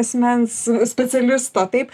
asmens specialisto taip